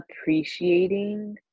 appreciating